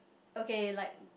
okay like